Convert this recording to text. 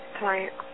client